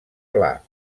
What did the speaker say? pla